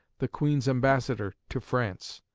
the queen's ambassador, to france.